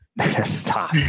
Stop